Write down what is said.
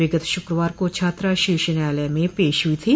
विगत श्रक्रवार को छात्रा शीर्ष न्यायालय में पेश हुई थी